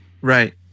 right